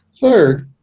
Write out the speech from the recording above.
Third